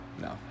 No